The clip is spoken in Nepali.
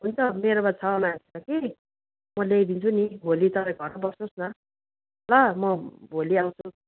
हुन्छ मेरोमा छ म्याट त कि म ल्याइदिन्छु नि भोलि तपाईँ घरमा बस्नुहोस् न ल म भोलि आउँछु